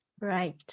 right